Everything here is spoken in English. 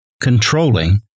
controlling